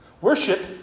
Worship